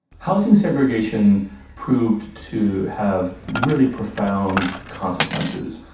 housing segregation proved to have really profound consequences,